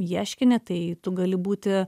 ieškinį tai tu gali būti